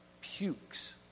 pukes